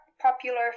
popular